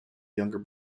younger